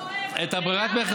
אתה טועה.